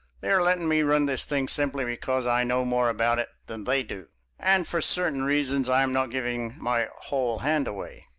they are letting me run this thing simply because i know more about it than they do and for certain reasons i'm not giving my whole hand away.